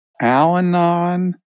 Al-Anon